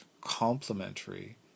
complementary